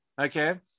Okay